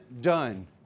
done